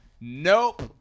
nope